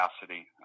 capacity